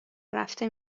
رفته